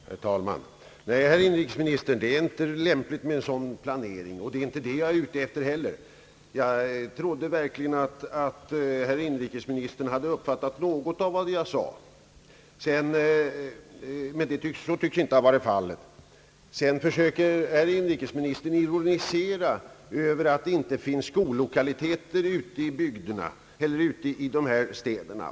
Herr talman! Nej, herr inrikesminister, det är inte lämpligt med en sådan planering, och det är inte det jag är ute efter heller. Jag trodde verkligen att herr inrikesministern hade uppfattat något av vad jag sade, men så tycks inte ha varit fallet. Herr inrikesministern försöker ironisera över att det inte finns skollokaler i de här ifrågavarande städerna.